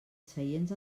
seients